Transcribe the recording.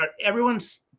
everyone's